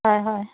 হয় হয়